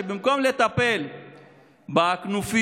שבמקום לטפל בכנופיות,